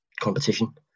competition